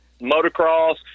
motocross